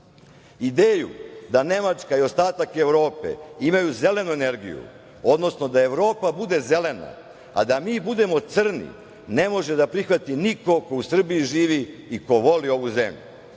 nas. Ideju da Nemačka i ostatak Evrope imaju zelenu energiju, odnosno da Evropa bude zelena, a da mi budemo crni ne može da prihvati niko ko u Srbiji živi i ko voli ovu zemlju. Dakle,